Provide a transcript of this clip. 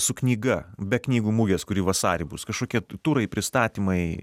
su knyga be knygų mugės kuri vasarį bus kažkokie turai pristatymai